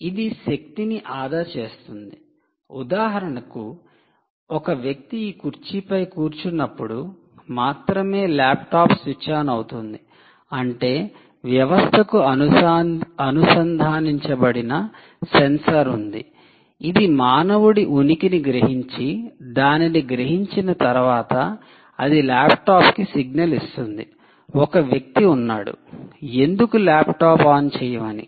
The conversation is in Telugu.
ఇది శక్తిని ఆదా చేస్తుంది ఉదాహరణకు ఒక వ్యక్తి ఈ కుర్చీపై కూర్చున్నప్పుడు మాత్రమే ల్యాప్టాప్ స్విచ్ ఆన్ అవుతుంది అంటే వ్యవస్థకు అనుసంధానించబడిన సెన్సార్ ఉంది ఇది మానవుడి ఉనికిని గ్రహించి దానిని గ్రహించిన తర్వాత అది ల్యాప్టాప్ కి సిగ్నల్ ఇస్తుంది ఒక వ్యక్తి ఉన్నాడు ఎందుకు ల్యాప్టాప్ ఆన్ చెయ్యవని